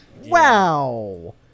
Wow